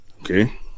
Okay